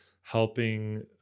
helping